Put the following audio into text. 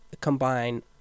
combine